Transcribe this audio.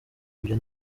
ibyo